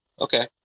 Okay